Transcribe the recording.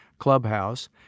Clubhouse